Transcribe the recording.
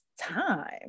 time